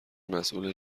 مسئول